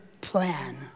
plan